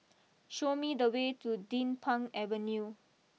show me the way to Din Pang Avenue